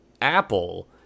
Apple